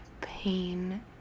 pain